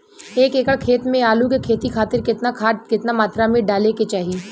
एक एकड़ खेत मे आलू के खेती खातिर केतना खाद केतना मात्रा मे डाले के चाही?